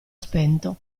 spento